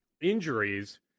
injuries